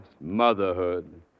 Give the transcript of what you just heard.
motherhood